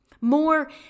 more